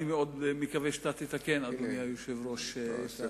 אני מאוד מקווה שתתקן, אדוני היושב-ראש, כן.